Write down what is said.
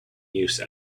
use